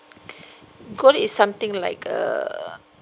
gold is something like uh